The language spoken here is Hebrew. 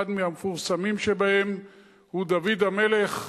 אחד מהמפורסמים שבהם הוא, דוד המלך שמנגן.